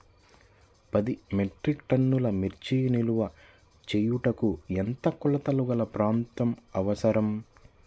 పది మెట్రిక్ టన్నుల మిర్చి నిల్వ చేయుటకు ఎంత కోలతగల ప్రాంతం అవసరం?